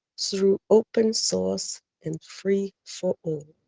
through open source and free for all.